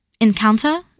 encounter